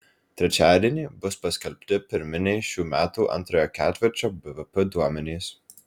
trečiadienį bus paskelbti pirminiai šių metų antrojo ketvirčio bvp duomenys